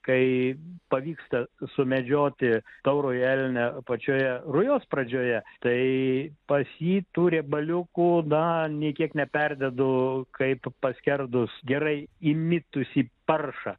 kai pavyksta sumedžioti taurųjį elnią pačioje rujos pradžioje tai pas jį tų riebaliukų na nei kiek neperdedu kaip paskerdus gerai įmitusį paršą